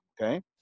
okay